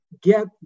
get